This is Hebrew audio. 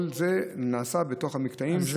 כל זה נעשה בתוך המקטעים.